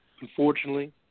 Unfortunately